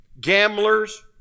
gamblers